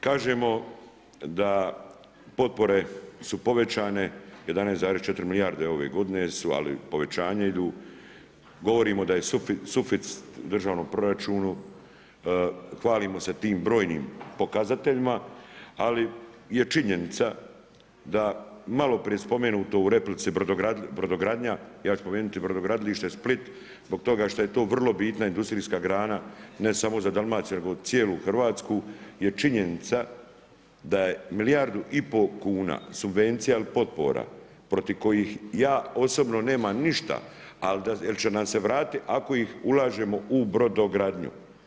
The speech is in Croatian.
Kažemo da potpore su povećane 11,4 milijarde ove g. su ali povlačenje idu, govorimo da je suficit državnom proračunu, hvalimo se tim brojnim pokazateljima, ali je činjenica, da maloprije spomenuto u replici, brodogradnja, ja ću spomenuti brodogradilište Split, zbog toga što je to vrlo bitna industrijska grana, ne samo za Dalmaciju, nego cijelu Hrvatsku, je činjenica da je milijardu i pol kuna subvencija ili potpora, protiv kojih ja osobno nemam ništa, ali jer će nam se vratiti ako ih ulažemo u brodogradnju.